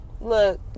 look